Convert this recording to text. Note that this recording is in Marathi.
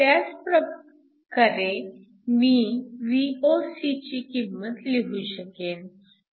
त्याचप्रकारे मी Voc ची किंमत लिहू शकेन